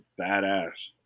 badass